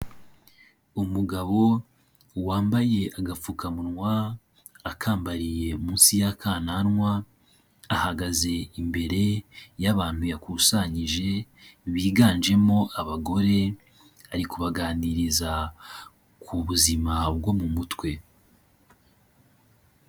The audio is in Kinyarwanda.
Umugabo wambaye agapfukamunwa akambariye munsi y'akananwa, ahagaze imbere y'abantu yakusanyije, biganjemo abagore, ari kubaganiriza ku buzima bwo mu mutwe.